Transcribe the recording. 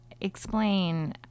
explain